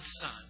Son